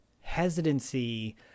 hesitancy